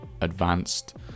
advanced